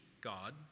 God